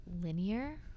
linear